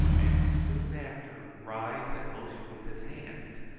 and soon after rise and motion with his hands,